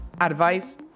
advice